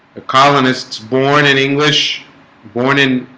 colin it's born in english born in